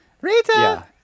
Rita